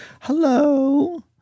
Hello